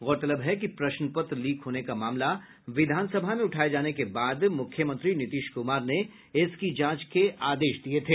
गौरतलब है कि प्रश्न पत्र लीक होने का मामला विधानसभा में उठाये जाने के बाद मुख्यमंत्री नीतीश कुमार ने इसकी जांच के आदेश दिये थे